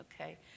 okay